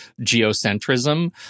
geocentrism